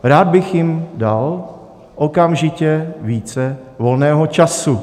Rád bych jim dal okamžitě více volného času.